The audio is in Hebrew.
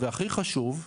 והכי חשוב,